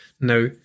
Now